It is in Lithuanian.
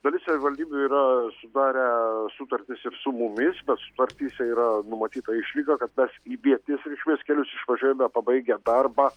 dalis savivaldybių yra sudarę sutartis ir su mumis bet sutartyse yra numatyta išlyga kad mes į vietinės reikšmės kelius išvažiuojame pabaigę darbą